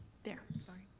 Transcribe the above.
there, sorry.